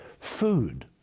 food